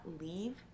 leave